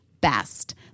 best